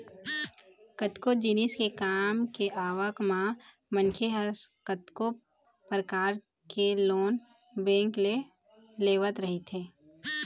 कतको जिनिस के काम के आवक म मनखे ह कतको परकार के लोन बेंक ले लेवत रहिथे